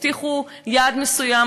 הבטיחו יעד מסוים,